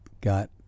got